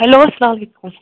hello اسلام علیکُم